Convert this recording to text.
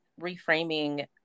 reframing